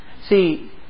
See